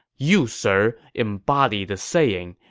you, sir, embody the saying,